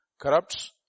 corrupts